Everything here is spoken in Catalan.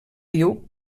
diu